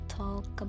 talk